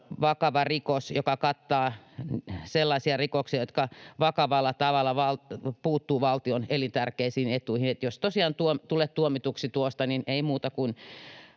Kannatan!] joka kattaa sellaisia rikoksia, jotka vakavalla tavalla puuttuvat valtion elintärkeisiin etuihin. Jos tosiaan tulet tuomituksi tuosta, niin ei muuta kuin